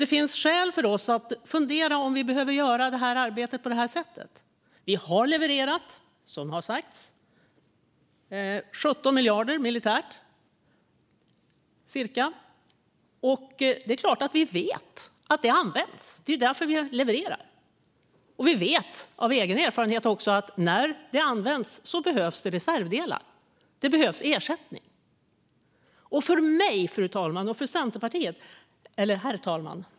Det finns därför skäl för oss att fundera på om vi behöver arbeta på det här sättet. Vi har som sagt levererat - cirka 17 miljarder militärt - och vi vet såklart att det används. Det är därför vi har levererat. Vi vet också av egen erfarenhet att när något använts behövs reservdelar och ersättning. Herr talman!